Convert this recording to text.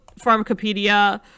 Pharmacopedia